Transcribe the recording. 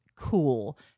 Cool